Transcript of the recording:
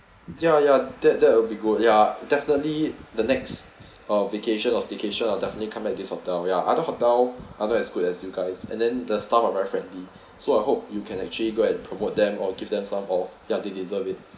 ya ya that that will be good ya definitely the next uh vacation or staycation I'll definitely come back this hotel ya other hotel are not as good as you guys and then the staff are very friendly so I hope you can actually go and promote them or give them some off yeah they deserve it